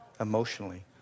emotionally